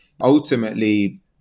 Ultimately